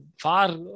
far